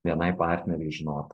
bni partneriai žinotų